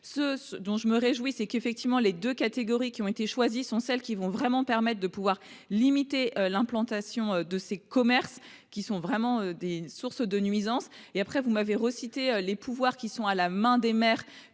Ce dont je me réjouis, c'est qu'effectivement les deux catégories qui ont été choisies sont celles qui vont vraiment permettre de pouvoir limiter l'implantation de ces commerces qui sont vraiment des sources de nuisance. Et après vous m'avez reciter les pouvoirs qui sont à la main des maires